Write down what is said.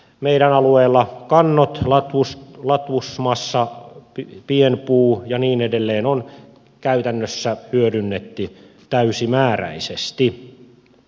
meidän alueellamme kannot latvusmassa pienpuu ja niin edelleen on käytännössä hyödynnetty täysimääräisesti